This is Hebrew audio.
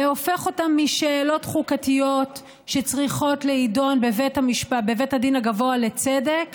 והופך אותן משאלות חוקתיות שצריכות להידון בבית הדין הגבוה לצדק,